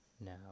now